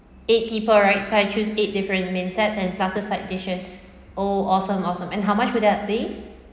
eight people right so I choose eight different main sets and plus some side dishes oh awesome awesome and how much will that be